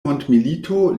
mondmilito